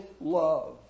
love